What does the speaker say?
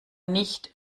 nicht